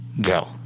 Go